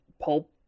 pulp